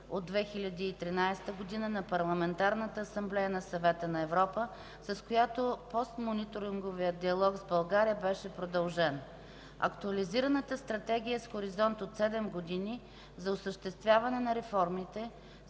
на Съвета на Европа, с която постмониторинговият диалог с България беше продължен. Актуализираната Стратегия е с хоризонт от 7 години за осъществяване на реформите,